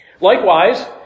Likewise